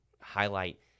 highlight